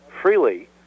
freely